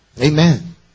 Amen